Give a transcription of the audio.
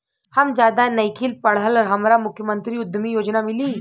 हम ज्यादा नइखिल पढ़ल हमरा मुख्यमंत्री उद्यमी योजना मिली?